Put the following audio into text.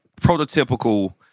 prototypical